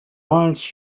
wants